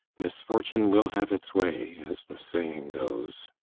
misfortune will have its way as the saying goes.